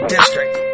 District